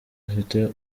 afite